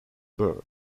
bird